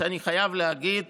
שאני חייב להגיד